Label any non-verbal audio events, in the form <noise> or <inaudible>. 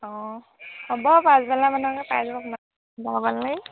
অঁ হ'ব পাছবেলা মানে পাই যাব <unintelligible>